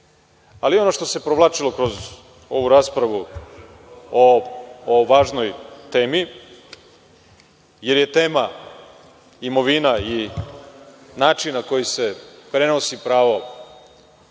imali. Ono što se provlačilo kroz ovu raspravu o ovoj važnoj temi, jer je tema imovina i način na koji se prenosi pravo